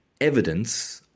evidence